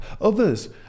others